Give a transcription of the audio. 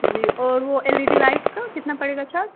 جی اور وہ L E D light کا کتنا پڑے گا چارج